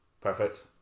Perfect